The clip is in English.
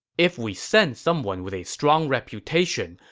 if we send someone with a strong reputation,